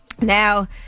Now